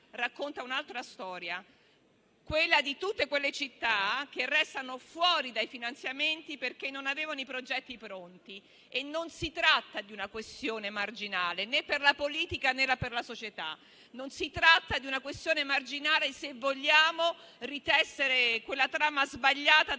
racconta un'altra storia: quella di tutte quelle città che restano fuori dai finanziamenti perché non avevano i progetti pronti. Non si tratta di una questione marginale né per la politica né per la società; non si tratta di una questione marginale se vogliamo ritessere quella trama sbagliata